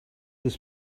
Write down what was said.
this